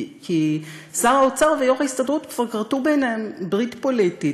כי שר האוצר ויו"ר ההסתדרות כבר כרתו ביניהם ברית פוליטית: